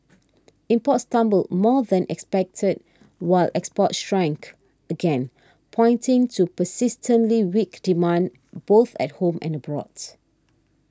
imports tumbled more than expected while exports shrank again pointing to persistently weak demand both at home and abroads